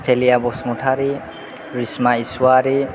Sthelia Basumatary Reshma Iswary